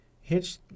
Hitch